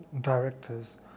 directors